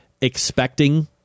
expecting